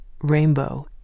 Rainbow